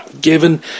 Given